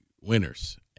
winners